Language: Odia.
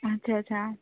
ଆଚ୍ଛା ଆଚ୍ଛା